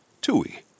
Tui